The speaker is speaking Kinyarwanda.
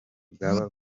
bwaba